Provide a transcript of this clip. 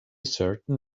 certain